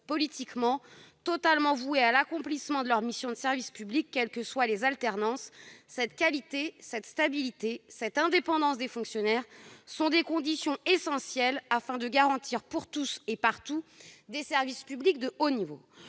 politiquement, totalement voués à l'accomplissement de leurs missions de service public, quelles que soient les alternances. « Cette qualité, cette stabilité, cette indépendance des fonctionnaires sont des conditions essentielles afin de garantir pour tous et partout des services publics de haut niveau.